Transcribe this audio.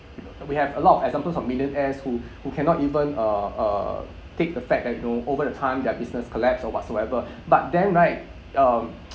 we have a lot of examples of millionaires who who cannot even uh uh take the fact that you know over the time their business collapse or whatsoever but then right um